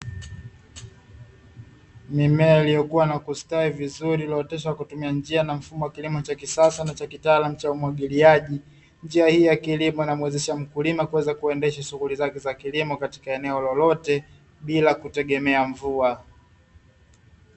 Mimea iliyokua na kustawi vizuri, iliyooteshwa kwa kutumia njia na mfumo wa kilimo cha kisasa na cha kitaalamu cha umwagiliaji. Njia hii ya kilimo inamuwezesha mkulima kuweza kuendesha shughuli zake za kilimo katika eneo lolote, bila kutegemea mvua.